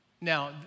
Now